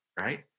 right